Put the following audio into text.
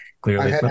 clearly